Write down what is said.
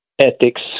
ethics